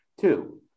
Two